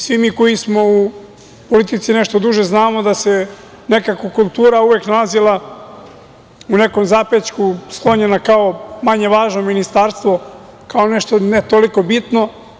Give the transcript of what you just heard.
Svi mi koji smo u politici nešto duže znamo da se nekako kultura uvek nalazila u nekom zapećku, sklonjena kao manje važno ministarstvo, kao nešto ne toliko bitno.